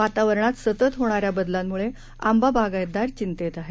वातावरणात सतत होणाऱ्या बदलांमुळे आंबा बागायतदार चिंतेत आहे